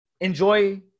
enjoy